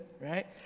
right